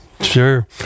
Sure